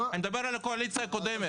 אני מדבר על הקואליציה הקודמת.